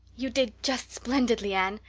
you did just splendidly, anne,